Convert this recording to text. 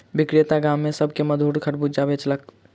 विक्रेता गाम में सभ के मधुर खरबूजा बेचलक